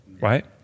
right